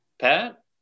Pat